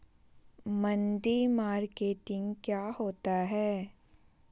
मंडी मार्केटिंग क्या होता है?